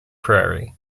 prairie